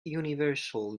universal